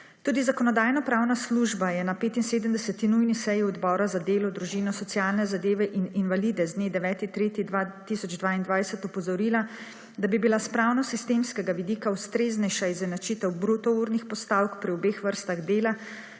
Tudi Zakonodajno-pravna služba je na 75. nujni seji Odbora za delo, družino, socialne zadeve in invalide z dne 9. 3. 2022 opozorila, da bi bila s pravnosistemskega vidika ustreznejša izenačitev bruto urnih postavk pri obeh vrstah dela,